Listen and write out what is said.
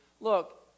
Look